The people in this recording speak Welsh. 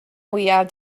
mwyaf